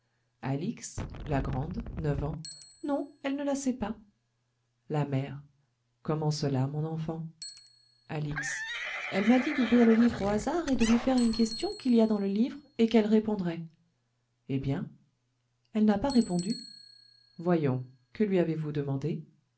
ans non elle ne la sait pas la mère comment cela mon enfant alix elle m'a dit d'ouvrir le livre au hasard et de lui faire une question qu'il y a dans le livre et qu'elle répondrait eh bien elle n'a pas répondu voyons que lui avez-vous demandé